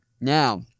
now